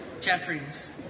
Jeffries